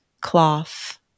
cloth